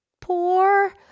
poor